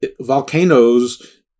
volcanoes